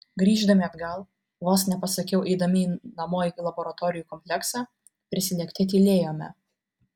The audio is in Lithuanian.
grįždami atgal vos nepasakiau eidami namo į laboratorijų kompleksą prislėgti tylėjome